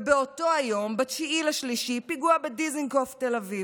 ובאותו היום, ב-9 במרץ, פיגוע בדיזנגוף תל אביב.